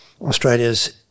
Australia's